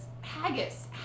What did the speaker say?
haggis